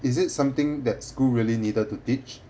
is it something that school really needed to teach